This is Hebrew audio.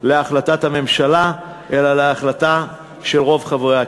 להחלטת הממשלה, אלא להחלטה של רוב חברי הכנסת.